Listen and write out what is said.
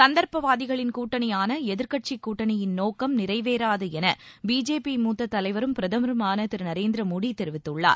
சந்தர்ப்பவாதிகளின் கூட்டணியான எதிர்க்கட்சி கூட்டணி யின் நோக்கம் நிறைவேறாது என பிஜேபி தலைவரும் பிரதமருமான முத்த திரு நரேந்திர மோடி தெரிவித்துள்ளார்